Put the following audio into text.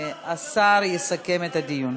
השר יסכם את הדיון.